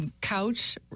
couch